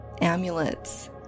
amulets